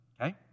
okay